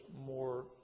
more